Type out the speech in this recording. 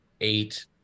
eight